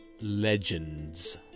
LEGENDS